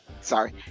Sorry